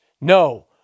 No